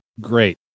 great